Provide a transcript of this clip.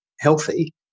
healthy